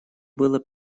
было